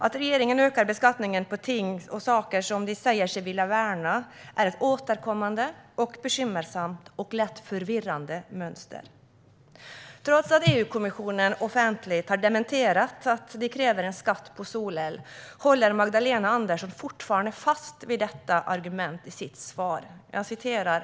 Att regeringen ökar beskattningen på saker som den säger sig vilja värna är ett återkommande, bekymmersamt och lätt förvirrande mönster. Trots att EU-kommissionen har dementerat offentligt att man kräver en skatt på solel håller Magdalena Andersson fortfarande fast vid detta argument i sitt svar.